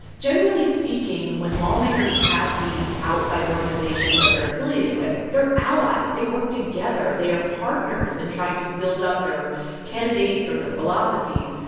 generally speaking, when lawmakers have these outside organizations that they're affiliated with, they're allies. they work together. they are partners in trying to build up their candidates or their philosophies.